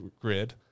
grid